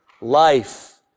life